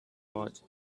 was